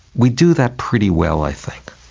we do that pretty well i think.